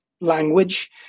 language